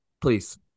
Please